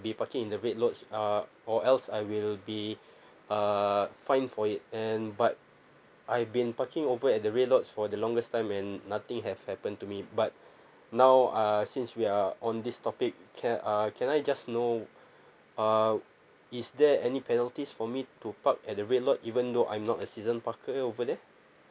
be parking in the red lots uh or else I will be uh fine for it and but I've been parking over at the red lots for the longest time and nothing have happened to me but now uh since we are on this topic can uh can I just know uh is there any penalties for me to park at the red lot even though I'm not a season parker over there